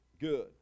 Good